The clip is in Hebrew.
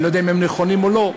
אני לא יודע אם הם נכונים או לא,